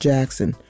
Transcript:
Jackson